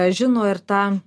žino ir tą